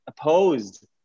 opposed